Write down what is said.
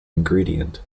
ingredient